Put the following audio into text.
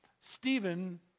Stephen